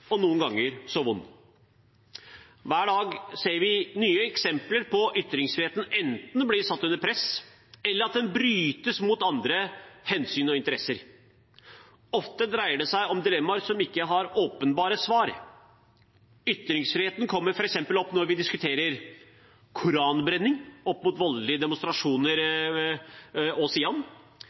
og noen ganger så vond. Hver dag ser vi nye eksempler på at ytringsfriheten enten blir satt under press, eller at den brytes mot andre hensyn og interesser. Ofte dreier det seg om dilemmaer som ikke har åpenbare svar. Ytringsfriheten kommer f.eks. opp når vi diskuterer koranbrenning opp mot voldelige demonstrasjoner